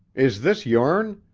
is this yourn?